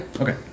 Okay